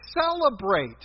celebrate